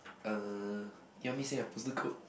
uh you want me say a postal code